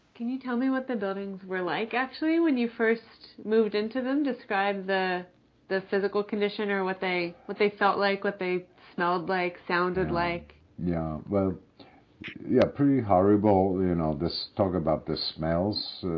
can you tell me what the buildings were like actually when you first moved into them? describe the the physical condition or what they what they felt like, what they smelled like, sounded like? yeah. well yeah, pretty horrible, you know, this talk about the smells,